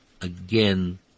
again